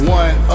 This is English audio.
one